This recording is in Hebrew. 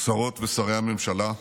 שרות ושרי הממשלה,